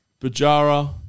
Bajara